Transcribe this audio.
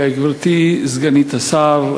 גברתי סגנית השר,